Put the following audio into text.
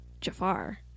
Jafar